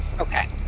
Okay